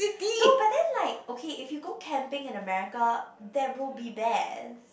no but then like okay if you go camping in America there will be bears